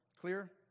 Clear